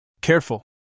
Careful